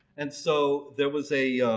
and so there was a